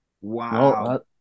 wow